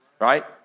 Right